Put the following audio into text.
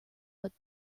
but